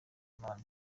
impano